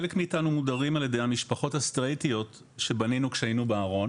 חלק מאיתנו מודרים על ידי המשפחות הסטרייטיות שבנינו כשהיינו בארון